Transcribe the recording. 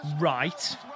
Right